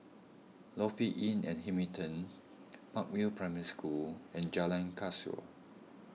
Lofi Inn at Hamilton Park View Primary School and Jalan Kasau